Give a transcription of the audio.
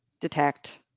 detect